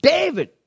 David